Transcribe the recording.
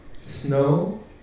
snow